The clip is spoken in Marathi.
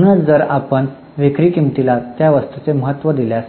म्हणूनच जर आपण विक्री किंमतीला त्या वस्तूचे महत्त्व दिल्यास